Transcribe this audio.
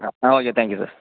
ah ah okay thank you sir